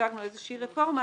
הצגנו איזושהי רפורמה,